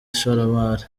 ishoramari